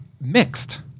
mixed